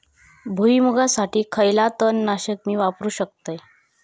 भुईमुगासाठी खयला तण नाशक मी वापरू शकतय?